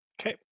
Okay